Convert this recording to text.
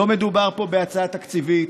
לא מדובר פה בהצעה תקציבית,